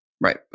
Right